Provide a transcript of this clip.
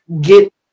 get